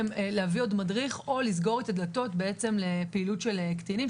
להביא עוד מדריך או לסגור את הדלתות לפעילות של קטינים,